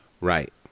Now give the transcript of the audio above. Right